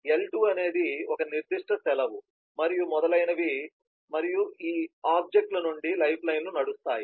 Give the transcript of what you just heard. L2 అనేది ఒక నిర్దిష్ట సెలవు మరియు మొదలైనవి మరియు ఈ ఆబ్జెక్ట్ ల నుండి లైఫ్లైన్లు నడుస్తాయి